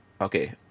Okay